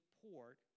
support